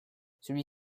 celui